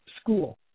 school